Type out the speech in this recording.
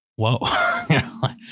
Whoa